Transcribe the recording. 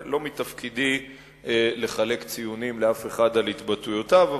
לא מתפקידי לחלק ציונים לאף אחד על התבטאויותיו,